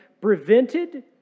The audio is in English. prevented